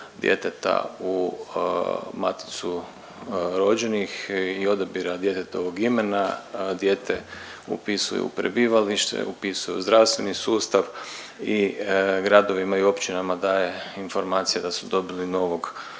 u maticu rođenih i odabira djetetovog imena dijete upisuju u prebivalište, upisuju u zdravstveni sustav i gradovima i općinama daje informacija da su dobili novog sugrađanina.